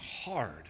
hard